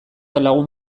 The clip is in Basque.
lagun